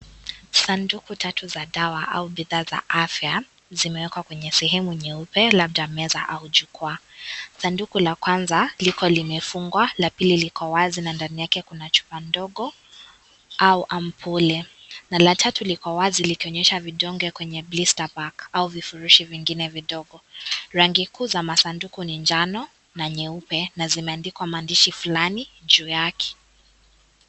Sanduku tatu za tower au afya zimewekwa kwenye sehemunyeupe labda nyeupe labda meza au jukwaa sanduku la Kwanza limefungwa lapili liko wazi na liko na ampule au chupa ndogo na la tatu liko wazi likionyesha vidonge vya lister pack rangi kuu ni manjano na nyeupe na zimeandikwa maandishi kadogo juu Yale.